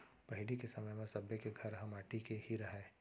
पहिली के समय म सब्बे के घर ह माटी के ही रहय